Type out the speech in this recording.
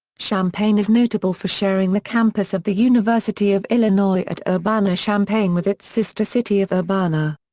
champaign is notable for sharing the campus of the university of illinois at urbana-champaign with its sister city of urbana.